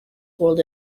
world